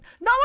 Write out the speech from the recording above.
no